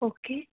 okay